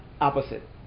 opposite